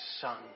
son